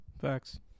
Facts